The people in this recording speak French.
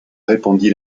répondit